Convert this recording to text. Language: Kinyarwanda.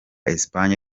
espagne